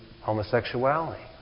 homosexuality